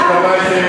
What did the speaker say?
בעד, 15,